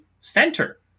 center